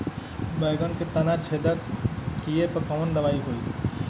बैगन के तना छेदक कियेपे कवन दवाई होई?